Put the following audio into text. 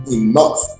enough